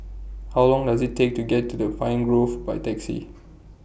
How Long Does IT Take to get to Pine Grove By Taxi